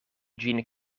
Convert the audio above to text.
ĝin